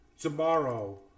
Tomorrow